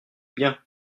bien